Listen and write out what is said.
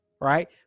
Right